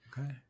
Okay